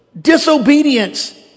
disobedience